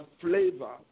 flavor